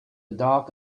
dark